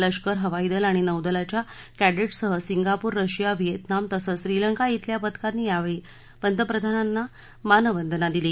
लष्कर हवाई दल आणि नौदलाच्या क्खिंट्ससह सिंगापूर रशिया व्हिएतनाम तसंच श्रीलंका धिल्या पथकांनी यावेळी पंतप्रधानांना मानवंदना दिली